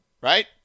right